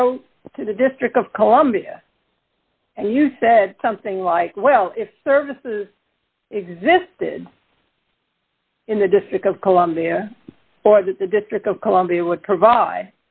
to the district of columbia and you said something like well if services exist in the district of columbia the district of columbia would provide